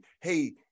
hey